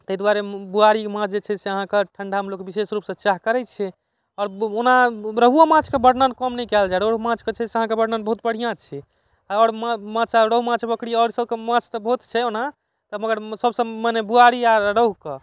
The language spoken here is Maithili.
तै दुआरे बुआरी माछ जे छै से अहाँके ठण्डामे लोक विशेष रूपसँ चाह करै छै आओर ओना रोहुओ माछके वर्णन कम नहि कयल जाय रोहु माछके छै से अहाँके वर्णन बहुत बढ़िआँ छै आओर माछ सभके रोहु माछ भोकुरी आओर सभके माछ तऽ बहुत छै ओना मगर सभसँ मने बुआरी आओर रोहु के